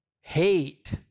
hate